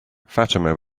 fatima